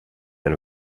and